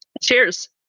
cheers